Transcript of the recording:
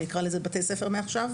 אני אקרא לזה בתי ספר מעכשיו,